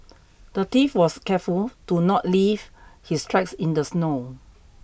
the thief was careful to not leave his tracks in the snow